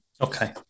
Okay